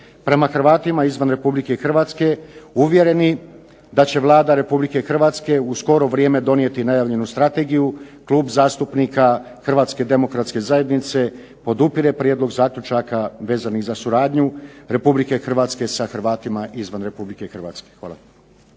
prema Hrvatima izvan Republike Hrvatske, uvjereni da će Vlada Republike Hrvatske u skoro vrijeme donijeti najavljenu strategiju, Klub zastupnika Hrvatske demokratske zajednice podupire Prijedlog zaključaka vezanih za suradnju Republike Hrvatske sa Hrvatima izvan Republike Hrvatske. Hvala.